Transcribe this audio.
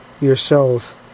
yourselves